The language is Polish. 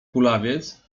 kulawiec